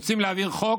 רוצים להעביר חוק